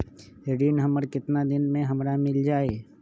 ऋण हमर केतना दिन मे हमरा मील जाई?